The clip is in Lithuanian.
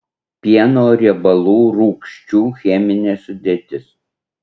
pieno riebalų rūgščių cheminė sudėtis